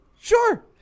Sure